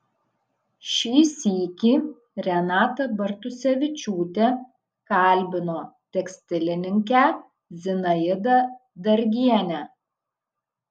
šį sykį renata bartusevičiūtė kalbino tekstilininkę zinaidą dargienę